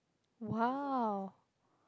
!wow!